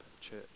church